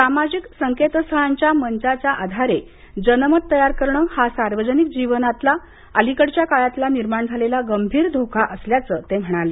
सामाजिक संकेतस्थळांच्या मंचाच्या आधारे जनमत तैय्यार करणं हा सार्वजनिक जीवनाला अलीकडच्या काळात निर्माण झालेला गंभीर धोका असल्याचं ते म्हणाले